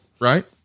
Right